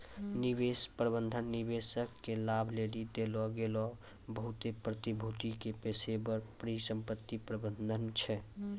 निवेश प्रबंधन निवेशक के लाभ लेली देलो गेलो बहुते प्रतिभूति के पेशेबर परिसंपत्ति प्रबंधन छै